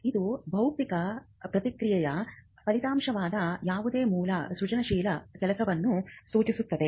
ಇದು ಬೌದ್ಧಿಕ ಪ್ರಕ್ರಿಯೆಯ ಫಲಿತಾಂಶವಾದ ಯಾವುದೇ ಮೂಲ ಸೃಜನಶೀಲ ಕೆಲಸವನ್ನು ಸೂಚಿಸುತ್ತದೆ